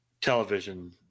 television